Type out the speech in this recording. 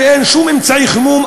ואין שום אמצעי חימום.